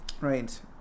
Right